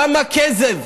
כמה כזב?